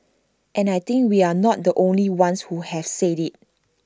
and I think we're not the only ones who have said IT